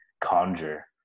conjure